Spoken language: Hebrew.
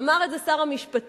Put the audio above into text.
אמר את זה שר המשפטים,